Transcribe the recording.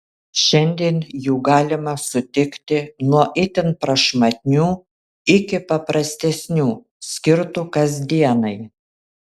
šiandien jų galima sutikti nuo itin prašmatnių iki paprastesnių skirtų kasdienai